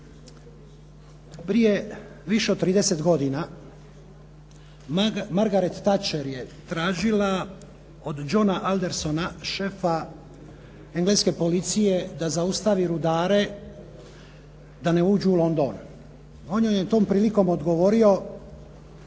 Prije više od 30 godina Margaret Tacher je tražila od Johna Aldersona, šefa engleske policije da zaustavi rudare da ne uđu u London. On joj je tom prilikom odgovorio